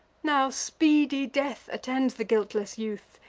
now speedy death attends the guiltless youth,